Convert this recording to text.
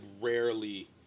rarely